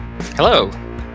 Hello